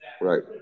Right